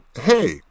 Hey